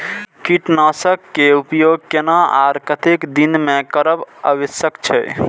कीटनाशक के उपयोग केना आर कतेक दिन में करब आवश्यक छै?